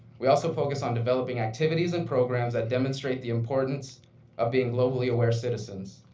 we also focus on developing activities and programs that demonstrate the importance of being globally-aware citizens.